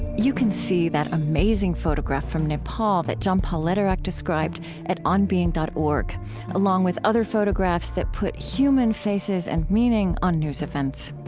you can see that amazing photograph from nepal that john paul lederach described at onbeing dot org along with other photographs that put human faces and meaning on news events.